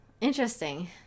interesting